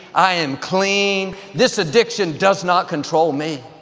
i am clean. this addiction does not control me.